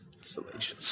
Salacious